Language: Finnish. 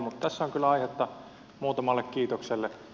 mutta tässä on kyllä aihetta muutamalle kiitokselle